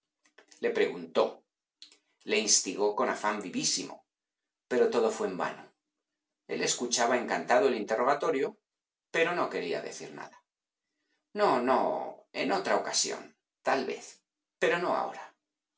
le preguntó le instigó con afán vivísimo pero todo fué en vano el escuchaba encantado el interrogatorio pero no quería decir nada no no en otra ocasión tal vez pero no ahora